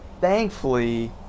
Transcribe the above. Thankfully